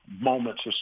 moments